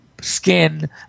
skin